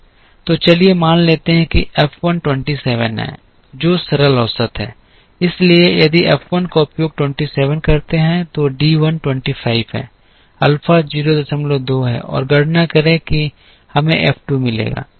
तो चलिए मान लेते हैं कि F 1 27 है जो सरल औसत है इसलिए यदि हम F 1 का उपयोग 27 करते हैं तो D 1 25 है अल्फा 02 है और गणना करें कि हमें F 2 मिलेगा